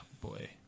boy